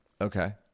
Okay